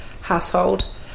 household